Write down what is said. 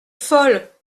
folle